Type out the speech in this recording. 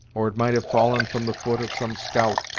or it might have fallen from the foot of some scout,